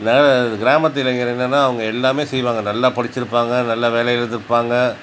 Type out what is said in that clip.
நகர கிராமத்து இளைஞர் என்னென்னா அவங்க எல்லாமே செய்வாங்க நல்லா படித்திருப்பாங்க நல்லா வேலையில் இருந்திருப்பாங்க